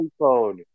iPhone